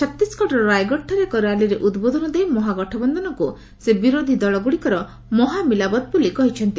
ଛତିଶଗଡ଼ର ରାୟଗଡ଼ଠାରେ ଏକ ର୍ୟାଲିରେ ଉଦ୍ବୋଧନ ଦେଇ ମହାଗଠବନ୍ଧନକୁ ସେ ବିରୋଧୀ ଦଳଗ୍ରଡ଼ିକର ମହାମିଲାବତ୍ ବୋଲି କହିଛନ୍ତି